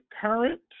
current